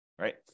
right